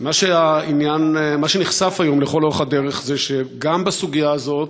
מה שנחשף היום לכל אורך הדרך זה שגם בסוגיה הזאת